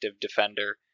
defender